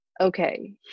okay